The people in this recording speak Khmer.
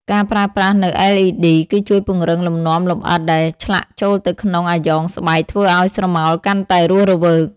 ការប្រើប្រាស់នៅ LED គឺជួយពង្រឹងលំនាំលម្អិតដែលឆ្លាក់ចូលទៅក្នុងអាយ៉ងស្បែក ធ្វើឱ្យស្រមោលកាន់តែរស់រវើក។